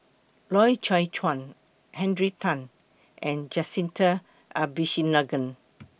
Loy Chye Chuan Henry Tan and Jacintha Abisheganaden